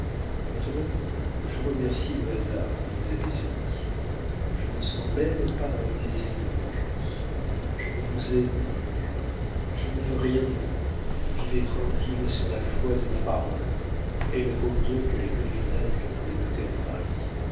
maintenant je remercie le hasard qui nous a désunis je ne sens même pas un désir de vengeance je ne vous aime plus je ne veux rien de vous vivez tranquille sur la foi de ma parole elle vaut mieux que les griffonnages de tous les notaires de paris